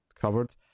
covered